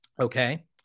okay